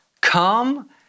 come